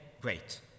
great